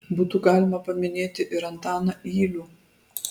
būtų galima paminėti ir antaną ylių